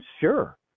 sure